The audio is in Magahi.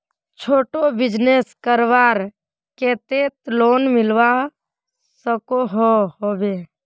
छोटो बिजनेस करवार केते लोन मिलवा सकोहो होबे?